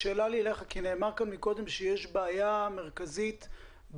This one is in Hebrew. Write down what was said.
שאלה לי אליך כי קודם נאמר שיש בעיה מרכזית בתחום